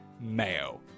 mayo